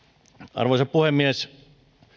arvoisa puhemies haluan